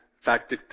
fact